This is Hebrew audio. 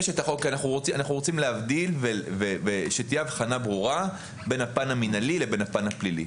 אנחנו רוצים להבדיל ושתהיה הבחנה ברורה בין הפן המנהלי לבין הפן הפלילי.